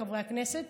חברי הכנסת,